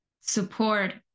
support